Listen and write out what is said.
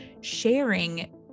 sharing